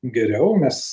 geriau mes